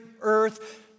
earth